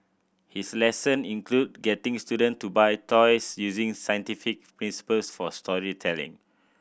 his lesson include getting student to buy toys using scientific principles for storytelling